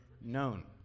known